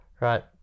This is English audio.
right